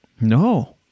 No